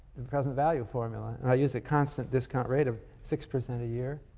the present value formula and i used the constant discount rate of six percent a year.